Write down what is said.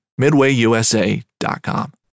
MidwayUSA.com